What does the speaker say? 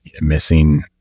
missing